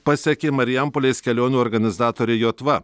pasekė marijampolės kelionių organizatorė jotva